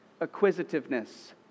acquisitiveness